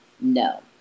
no